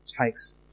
takes